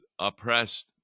oppressed